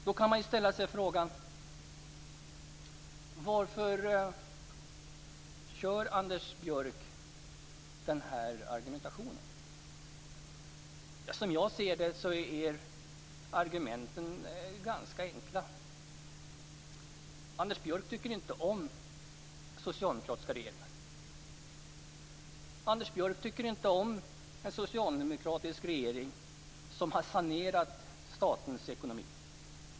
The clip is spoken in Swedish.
Då kan man ställa sig frågan: Varför kör Anders Björck med den här argumentationen? Som jag ser det är argumenten ganska enkla. Anders Björck tycker inte om socialdemokratiska regeringar. Han tycker inte om en socialdemokratisk regering som har sanerat statens ekonomi.